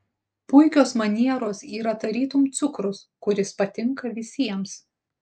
puikios manieros yra tarytum cukrus kuris patinka visiems